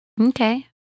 Okay